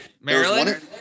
Maryland